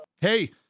Hey